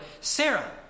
Sarah